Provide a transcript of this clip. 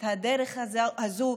את הדרך הזו,